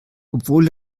obwohl